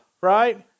right